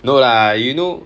no lah you know